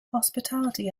hospitality